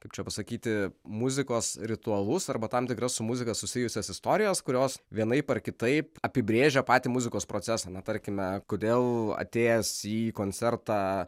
kaip čia pasakyti muzikos ritualus arba tam tikras su muzika susijusias istorijas kurios vienaip ar kitaip apibrėžia patį muzikos procesą na tarkime kodėl atėjęs į koncertą